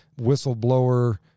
whistleblower